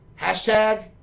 Hashtag